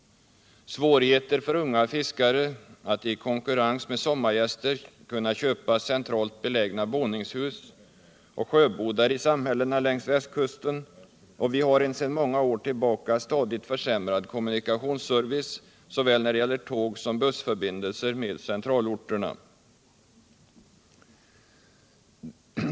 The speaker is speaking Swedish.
Det är svårt för unga fiskare att i konkurrens med sommargäster kunna köpa centralt belägna boningshus och sjöbodar i fiskesamhällena längs västkusten, och vi har en sedan många år stadigt försämrad kommunikationsservice såväl när det gäller tåg som bussförbindelser med centralorterna.